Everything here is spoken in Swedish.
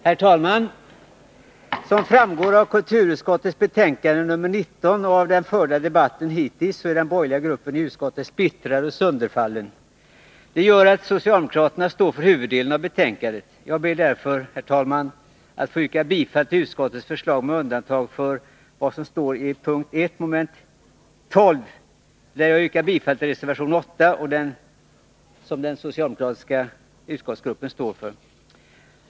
Herr talman! Som framgår av kulturutskottets betänkande 19 och av den hittills förda debatten är den borgerliga gruppen i utskottet splittrad och sönderfallen. Det gör att vi socialdemokrater står för huvuddelen av betänkandet. Jag ber därför, herr talman, att få yrka bifall till utskottets förslag med undantag för p. 1, mom. 12, där jag yrkar bifall till reservation 8, som den socialdemokratiska utskottsgruppen står för.